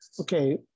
okay